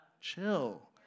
chill